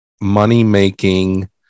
money-making